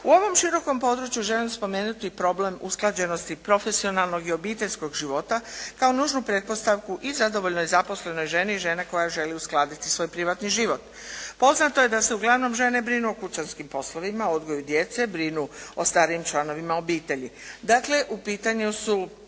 U ovom širokom području želim spomenuti problem usklađenosti profesionalnog i obiteljskog života kao nužnu pretpostavku i zadovoljnoj i zaposlenoj ženi i žene koja želi uskladiti svoj privatni život. Poznato je da se uglavnom žene brinu o kućanskim poslovima, odgoju djece, brinu o starijim članovima obitelji. Dakle, u pitanju su